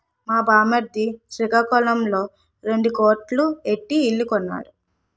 మా బామ్మర్ది సికాకులంలో రెండు కోట్లు ఎట్టి ఇల్లు కొన్నాడు